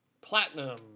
Platinum